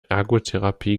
ergotherapie